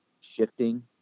shifting